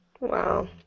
Wow